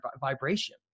vibration